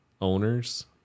owners